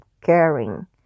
caring